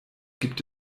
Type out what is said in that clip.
gibt